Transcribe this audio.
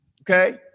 Okay